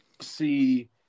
see